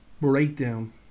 breakdown